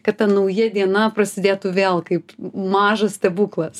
kad ta nauja diena prasidėtų vėl kaip mažas stebuklas